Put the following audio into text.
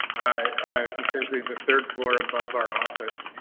i essentially the third floor above our office,